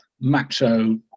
macho